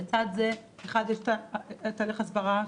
1. שלצד זה יש תהליך הסברה,